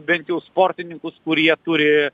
bent jau sportininkus kurie turi